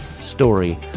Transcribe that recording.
story